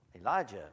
Elijah